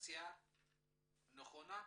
עשיה נכונה,